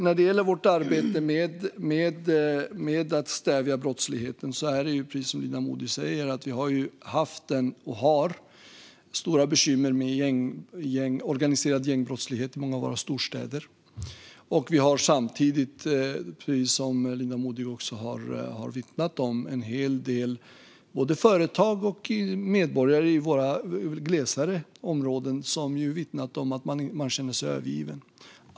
När det gäller vårt arbete med att stävja brottsligheten är det, precis som Linda Modig säger, så att vi har haft och har stora bekymmer med organiserad gängbrottslighet i många av våra storstäder. Vi har samtidigt, precis som Linda Modig också har vittnat om, en hel del både företag och medborgare i våra glesare områden som vittnat om att de känner sig övergivna.